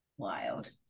wild